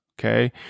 Okay